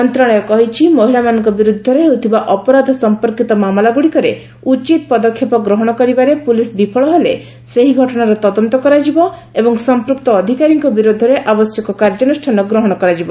ମନ୍ତ୍ରଣାଳୟ କହିଛି ମହିଳାମାନଙ୍କ ବିରୁଦ୍ଧରେ ହେଉଥିବା ଅପରାଧ ସମ୍ପର୍କିତ ମାମଲା ଗୁଡ଼ିକରେ ଉଚିତ୍ ପଦକ୍ଷେପ ଗ୍ରହଣ କରିବାରେ ପୁଲିସ ବିଫଳ ହେଲେ ସେହି ଘଟଣାର ତଦନ୍ତ କରାଯିବ ଏବଂ ସମ୍ପୃକ୍ତ ଅଧିକାରୀଙ୍କ ବିରୋଧରେ ଆବଶ୍ୟକ କାର୍ଯ୍ୟାନୁଷାନ ଗ୍ରହଣ କରାଯିବ